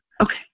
Okay